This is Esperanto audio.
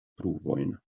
pruvojn